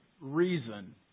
reason